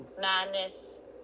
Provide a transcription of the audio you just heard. madness